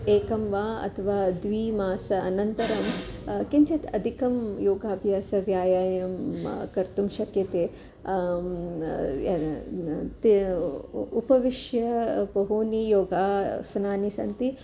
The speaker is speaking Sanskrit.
एकं वा अथवा द्विमासानन्तरं किञ्चित् अधिकं योगाभ्यासं व्यायामं कर्तुं शक्यते उपविश्य बहूनि योगासनानि सन्ति